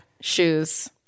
shoes